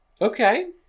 Okay